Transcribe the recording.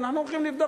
אנחנו הולכים לבדוק,